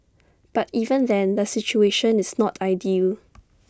but even then the situation is not ideal